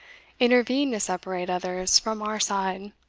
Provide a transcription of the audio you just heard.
intervene to separate others from our side,